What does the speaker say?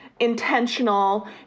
intentional